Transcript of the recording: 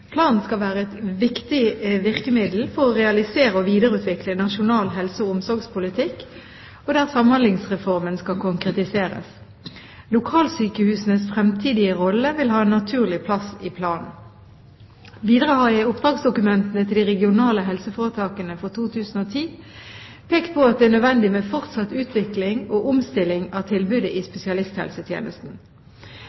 Planen skal være et viktig virkemiddel for å realisere og videreutvikle nasjonal helse- og omsorgspolitikk, og der Samhandlingsreformen skal konkretiseres. Lokalsykehusenes fremtidige rolle vil ha en naturlig plass i planen. Videre har jeg i oppdragsdokumentene til de regionale helseforetakene for 2010 pekt på at det er nødvendig med fortsatt utvikling og omstilling av tilbudet i